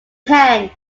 ten